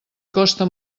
costa